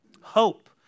Hope